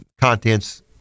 contents